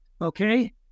Okay